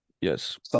Yes